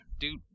Dude